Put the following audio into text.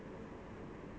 அதான்:athaan